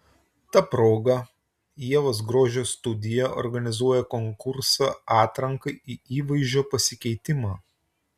ta proga ievos grožio studija organizuoja konkursą atrankai į įvaizdžio pasikeitimą